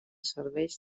serveix